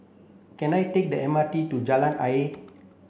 can I take the M R T to Jalan Ayer